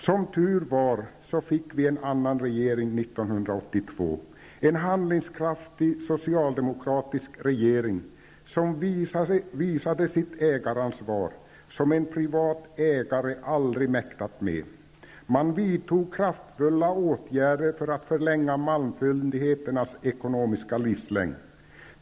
Som tur var fick vi en annan regering 1982. Det var en handlingskraftig socialdemokratisk regering som visade det ägaransvar som en privat ägare aldrig mäktat med. Man vidtog kraftfulla åtgärder för att förlänga malmfyndigheternas ekonomiska livslängd.